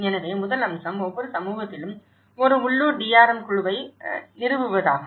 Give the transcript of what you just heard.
எனவே முதல் அம்சம் ஒவ்வொரு சமூகத்திலும் ஒரு உள்ளூர் DRM குழுவை நிறுவுவதாகும்